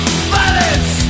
Violence